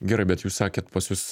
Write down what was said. gerai bet jūs sakėt pas jus